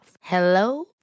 Hello